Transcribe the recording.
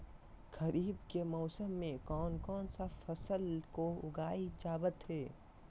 खरीफ के मौसम में कौन कौन सा फसल को उगाई जावत हैं?